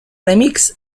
remix